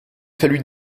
fallut